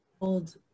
old